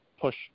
push